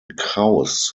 krauss